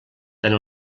tant